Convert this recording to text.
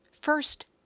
First